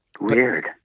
Weird